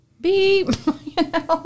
beep